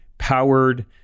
powered